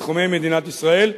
בתחומי מדינת ישראל,